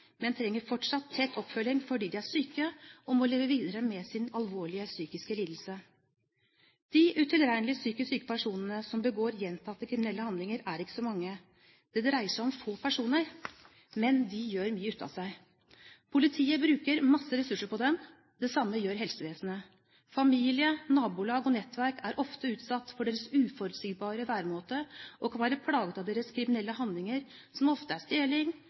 men trenger fortsatt tett oppfølging, fordi de er syke og må leve videre med sin alvorlige psykiske lidelse. De utilregnelige psykisk syke personene som begår gjentatte kriminelle handlinger, er ikke så mange. Det dreier seg om få personer, men de gjør mye ut av seg. Politiet bruker mange ressurser på dem. Det samme gjør helsevesenet. Familie, nabolag og nettverk er ofte utsatt for deres uforutsigbare væremåte og kan være plaget av deres kriminelle handlinger, som ofte er stjeling,